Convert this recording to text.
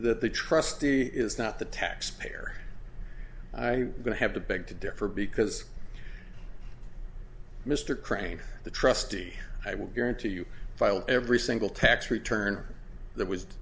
that the trustee is not the taxpayer i going to have to beg to differ because mr crane the trustee i will guarantee you filed every single tax return that was